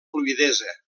fluïdesa